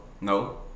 no